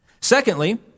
Secondly